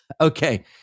Okay